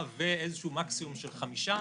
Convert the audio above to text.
יש מועדים כידוע לכם בסעיף 36א'